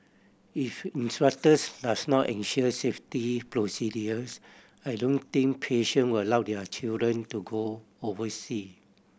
if instructors does not ensure safety procedures I don't think patient will allow their children to go oversea